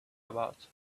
about